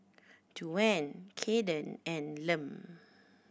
Duane Kayden and Lem